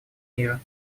мира